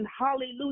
Hallelujah